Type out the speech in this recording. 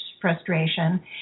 frustration